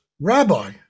Rabbi